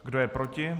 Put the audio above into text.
Kdo je proti?